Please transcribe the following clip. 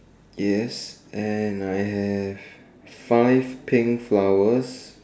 yes and I have five pink flowers